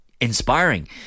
inspiring